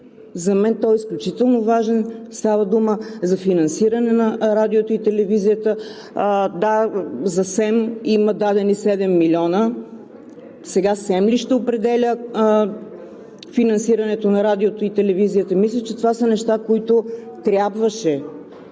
За мен той е изключително важен. Става дума за финансиране на радиото и телевизията. (Реплики.) Да, за СЕМ има дадени 7 милиона. Сега СЕМ ли ще определя финансирането на радиото и телевизията? Мисля, че това са неща, които трябваше